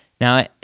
Now